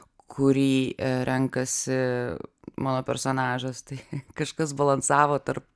kurį renkasi mano personažas tai kažkas balansavo tarp